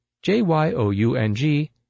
J-Y-O-U-N-G